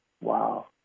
Wow